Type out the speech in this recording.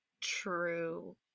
true